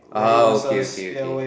ah okay okay okay